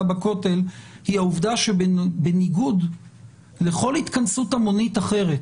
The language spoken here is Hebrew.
בכותל היא העובדה שבניגוד לכל התכנסות המונית אחרת